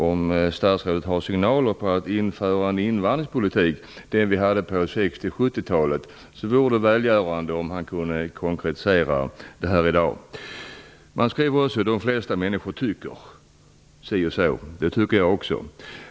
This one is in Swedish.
Om statsrådet vill ge några signaler om att införa en invandringspolitik likt den som vi hade på 60 och 70-talet vore det välgörande om han kunde konkretisera dem här i dag. Statsrådet säger också att han tror att de flesta människor anser att vi skall göra vad vi kan. Det tycker jag också.